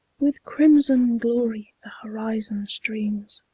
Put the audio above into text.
with crimson glory the horizon streams,